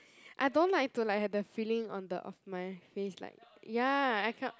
I don't like to like have the feeling on the of my face like ya I cannot